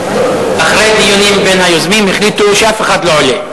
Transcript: אחרי דיונים בין היוזמים החליטו שאף אחד לא עולה.